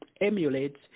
emulates